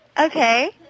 Okay